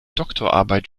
doktorarbeit